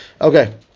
Okay